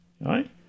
right